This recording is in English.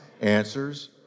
Answers